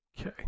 okay